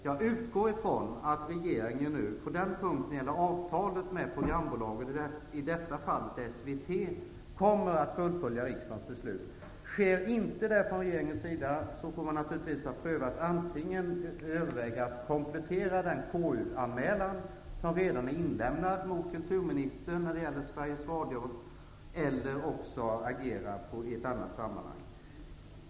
Jag utgår från att regeringen när det gäller avtalet med programbolaget, i detta fallet SVT, kommer att fullfölja riksdagens beslut. Om det inte sker får man naturligtvis överväga att komplettera den KU anmälan som redan är inlämnad mot kulturministern när det gäller Sveriges Radio eller också agera i ett annat sammanhang.